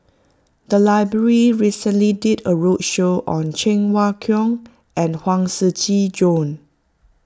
the library recently did a roadshow on Cheng Wai Keung and Huang Shiqi Joan